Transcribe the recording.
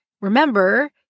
remember